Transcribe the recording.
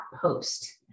post